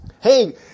Hey